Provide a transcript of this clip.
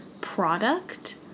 product